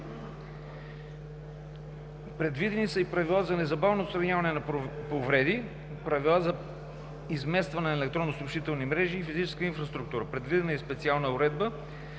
Предвидени са и правила за незабавно отстраняване на повреди, правила за изместване на електронни съобщителни мрежи и физическа инфраструктура. Предвидена е и специална уредба